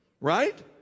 Right